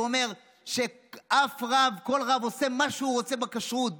הוא אומר שכל רב עושה מה שהוא רוצה בכשרות.